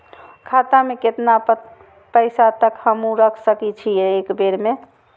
खाता में केतना पैसा तक हमू रख सकी छी एक बेर में?